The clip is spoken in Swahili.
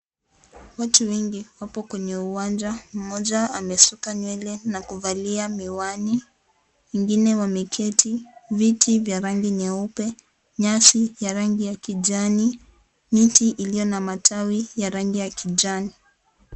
Watu wengi wapo kwenye uwanja. Mmoja amesuka nywele na kuvalia miwani, wengine wameketi viti vya rangi nyeupe. Nyasi ya rangi kijani , miti iliyona matawi ya rangi ya kijani.